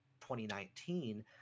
2019